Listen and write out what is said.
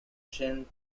shane